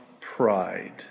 pride